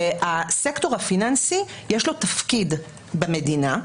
לסקטור הפיננסי יש תפקיד במדינה,